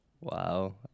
Wow